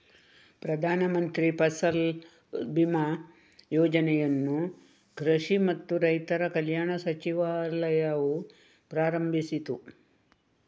ಪ್ರಧಾನ ಮಂತ್ರಿ ಫಸಲ್ ಬಿಮಾ ಯೋಜನೆಯನ್ನು ಕೃಷಿ ಮತ್ತು ರೈತರ ಕಲ್ಯಾಣ ಸಚಿವಾಲಯವು ಪ್ರಾರಂಭಿಸಿತು